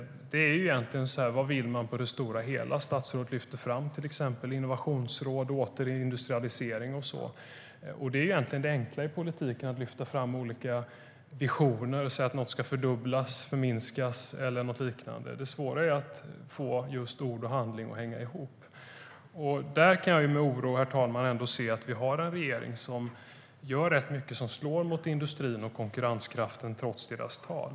Vad vill man egentligen på det stora hela? Statsrådet lyfte fram till exempel innovationsråd och återindustrialisering. Det är egentligen det enkla i politiken - att lyfta fram olika visioner och säga att något ska fördubblas, förminskas eller något liknande. Det svåra är att få just ord och handling att hänga ihop. Herr ålderspresident! Jag kan med oro se att vi har en regering som gör rätt mycket som slår mot industrin och konkurrenskraften trots sitt tal.